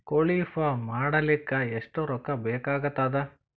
ಕೋಳಿ ಫಾರ್ಮ್ ಮಾಡಲಿಕ್ಕ ಎಷ್ಟು ರೊಕ್ಕಾ ಬೇಕಾಗತದ?